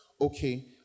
Okay